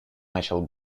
начал